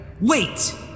Wait